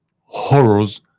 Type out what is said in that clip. horrors